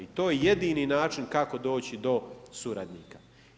I to je jedini način kako doći do suradnika.